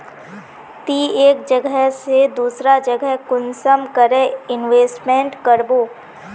ती एक जगह से दूसरा जगह कुंसम करे इन्वेस्टमेंट करबो?